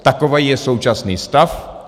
Takový je současný stav.